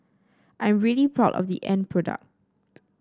I am really proud of the end product